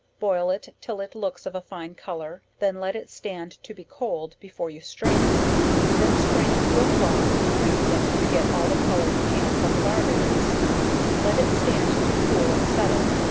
boil it till it looks of a fine colour, then let it stand to be cold, before you strain it then strain it through a cloth, wringing it to get all the colour you can from the barberries let it stand to cool and settle,